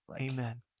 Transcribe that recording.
Amen